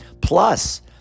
plus